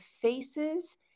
faces